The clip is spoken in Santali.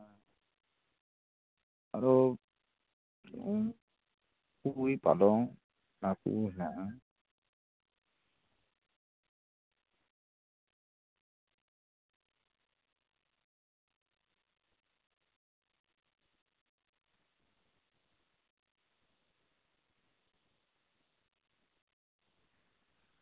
ᱟᱫᱚ ᱯᱩᱭ ᱯᱟᱞᱚᱝ ᱚᱱᱟᱠᱚ ᱦᱮᱱᱟᱜᱼᱟ